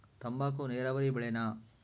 ತಂಬಾಕು ನೇರಾವರಿ ಬೆಳೆನಾ?